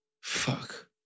Fuck